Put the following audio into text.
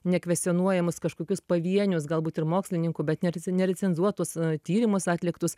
nekvestionuojamus kažkokius pavienius galbūt ir mokslininkų bet nere nerecenzuotus tyrimus atliktus